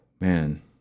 Man